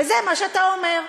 וזה מה שאתה אומר.